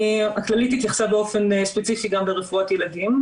הכללית התייחסה באופן ספציפי גם ברפואת ילדים,